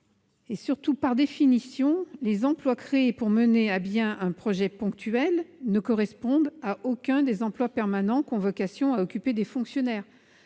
C. Surtout, par définition, les emplois créés pour mener à bien un projet ponctuel ne correspondent à aucun des emplois permanents qu'ont vocation à occuper des fonctionnaires.